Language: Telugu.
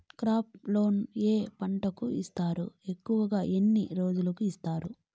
క్రాప్ లోను ఏ పంటలకు ఇస్తారు ఎక్కువగా ఎన్ని రోజులకి ఇస్తారు